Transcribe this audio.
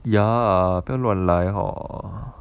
ya 不要乱来 hor